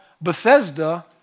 Bethesda